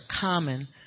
common